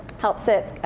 helps it